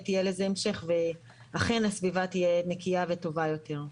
יהיה לזה המשך ואכן הסביבה תהיה נקייה וטובה יותר.